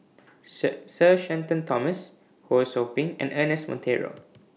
Sir share Shenton Thomas Ho SOU Ping and Ernest Monteiro